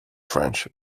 french